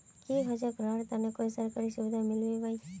की होचे करार तने कोई सरकारी सुविधा मिलबे बाई?